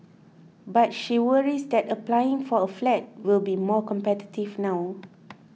but she worries that applying for a flat will be more competitive now